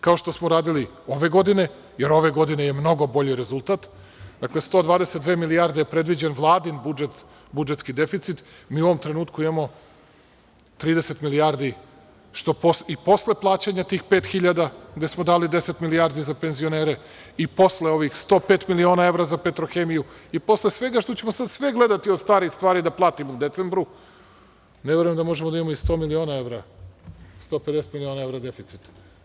Kao što smo radili ove godine, jer ove godine je mnogo bolji rezultat, dakle, 122 milijarde je predviđen Vladin budžet, budžetski deficit, mi u ovom trenutku imamo 30 milijardi, što i posle plaćanja tih pet hiljada, gde smo dali 10 milijardi za penzionere, i posle ovih 105 miliona evra za „Petrohemiju“ i posle svega što ćemo sada sve gledati od starih stvari da platimo u decembru, ne verujem da možemo da imamo i 100 miliona evra, 150 miliona evra u deficitu.